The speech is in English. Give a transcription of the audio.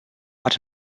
but